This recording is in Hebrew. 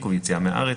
עיכוב יציאה מהארץ,